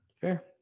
Fair